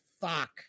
fuck